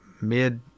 mid